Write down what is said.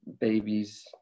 babies